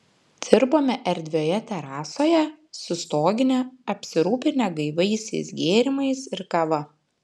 dirbome erdvioje terasoje su stogine apsirūpinę gaiviaisiais gėrimais ir kava